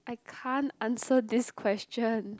I can't answer this question